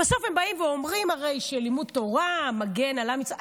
בסוף הם באים ואומרים שלימוד תורה מגן על עם ישראל.